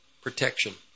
protection